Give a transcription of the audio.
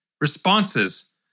responses